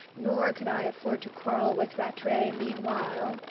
nor could i afford to quarrel with rattray meanwhile.